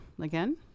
again